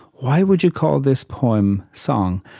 why would you call this poem song?